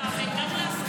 בכנסת